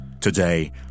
Today